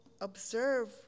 observe